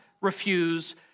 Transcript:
refuse